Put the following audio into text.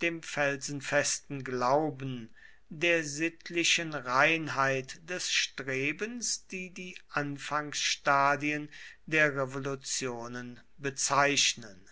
dem felsenfesten glauben der sittlichen reinheit des strebens die die anfangsstadien der revolutionen bezeichnen